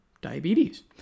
diabetes